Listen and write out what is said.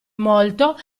molto